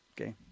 Okay